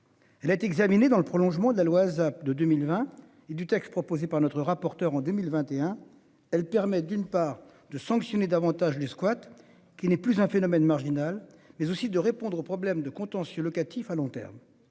Elle est examinée dans le prolongement de la loi de 2020 et du texte proposé par notre rapporteur en 2021. Elle permet d'une part de sanctionner davantage du squat qui n'est plus un phénomène marginal, mais aussi de répondre au problème de contentieux locatifs à long terme.